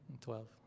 twelve